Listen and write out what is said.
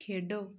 ਖੇਡੋ